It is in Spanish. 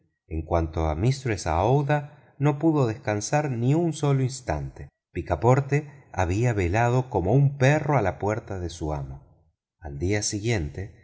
en cuanto a mistress aouida no pudo descansar ni un solo instante picaporte había velado como un perro a la puerta de su amo al día siguiente